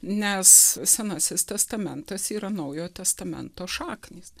nes senasis testamentas yra naujojo testamento šaknys